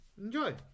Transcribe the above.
enjoy